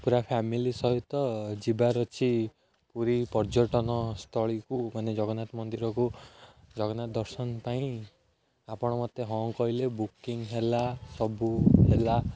ପୁରା ଫ୍ୟାମିଲି ସହିତ ଯିବାର ଅଛି ପୁରୀ ପର୍ଯ୍ୟଟନସ୍ଥଳୀକୁ ମାନେ ଜଗନ୍ନାଥ ମନ୍ଦିରକୁ ଜଗନ୍ନାଥ ଦର୍ଶନ ପାଇଁ ଆପଣ ମୋତେ ହଁ କହିଲେ ବୁକିଂ ହେଲା ସବୁ ହେଲା